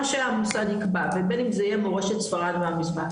מה שהמוסד ייקבע ובין אם זה יהיה מורשת ספרד מהמזרח,